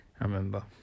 remember